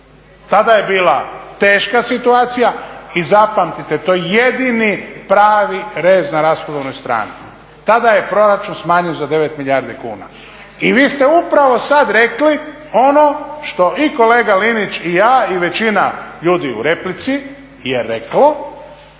Tada je bila teška situacija, i zapamtite to je jedini pravi rez na rashodovnoj strani. Tada je proračun smanjen za 9 milijardi kuna. I vi ste upravo sad rekli ono što i kolega Linić i ja, i većina ljudi u replici je reklo